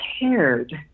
prepared